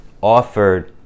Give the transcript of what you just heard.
offered